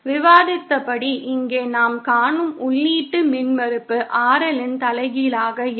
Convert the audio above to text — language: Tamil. விவாதித்தபடி இங்கே நாம் காணும் உள்ளீட்டு மின்மறுப்பு RL இன் தலைகீழாக இருக்கும்